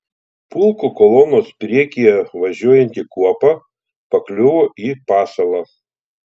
pulko kolonos priekyje važiuojanti kuopa pakliuvo į pasalą